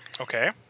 Okay